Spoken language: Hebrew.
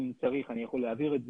אם צריך אני יכול להעביר את זה,